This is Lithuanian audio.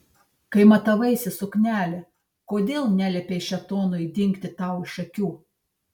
kai matavaisi suknelę kodėl neliepei šėtonui dingti tau iš akių